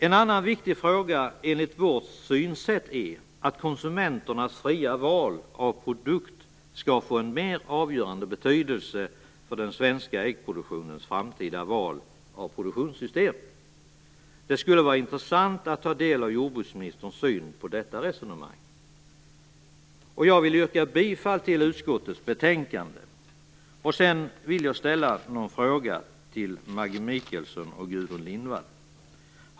En annan viktig fråga enligt vårt synsätt är att konsumenternas fria val av produkt skall få en mer avgörande betydelse för den svenska äggproduktionens framtida val av produktionssystem. Det skulle vara intressant att ta del av jordbruksministerns syn på detta resonemang. Jag yrkar bifall till utskottets hemställan. Jag vill ställa ett par frågor till Maggi Mikaelsson och Gudrun Lindvall.